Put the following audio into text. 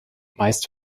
meist